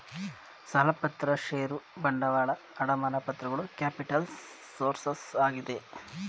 ಸಾಲಪತ್ರ ಷೇರು ಬಂಡವಾಳ, ಅಡಮಾನ ಪತ್ರಗಳು ಕ್ಯಾಪಿಟಲ್ಸ್ ಸೋರ್ಸಸ್ ಆಗಿದೆ